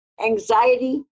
anxiety